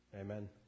Amen